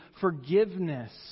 forgiveness